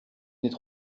n’est